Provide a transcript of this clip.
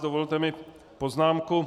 Dovolte mi poznámku.